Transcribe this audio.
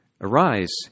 Arise